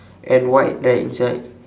and white right inside